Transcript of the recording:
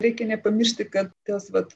reikia nepamiršti kad tos vat